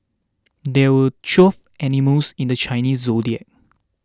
there were twelve animals in the Chinese zodiac